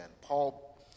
Paul